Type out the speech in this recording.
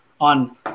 on